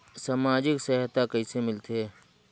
समाजिक सहायता कइसे मिलथे?